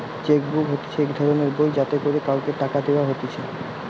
check book হতিছে এক ধরণের বই যাতে করে কাওকে টাকা দেওয়া হতিছে